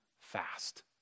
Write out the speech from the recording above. fast